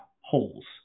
holes